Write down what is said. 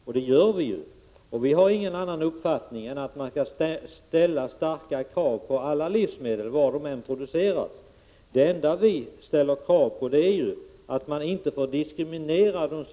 Vi ställer sådana krav, och vi har ingen annan uppfattning än att man skall ställa stora krav på alla livsmedel oavsett var de produceras. Det enda vi kräver är att de svenska producenterna inte får diskrimineras.